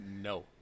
No